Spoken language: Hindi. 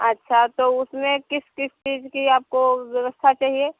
अच्छा तो उसमें किस किस चीज की आपको व्यवस्था चाहिए